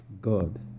God